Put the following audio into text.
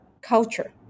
culture